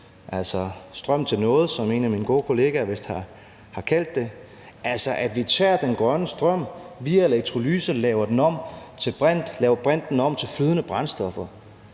altså strøm til noget, som en af mine gode kollegaer vist har kaldt det. Altså at vi tager den grønne strøm og via elektrolyse laver den om til brint,